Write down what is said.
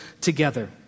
together